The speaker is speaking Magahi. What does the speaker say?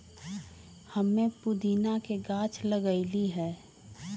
हम्मे पुदीना के गाछ लगईली है